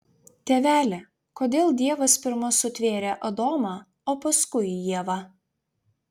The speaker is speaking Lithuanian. tėveli kodėl dievas pirma sutvėrė adomą o paskui ievą